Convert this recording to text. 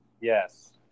Yes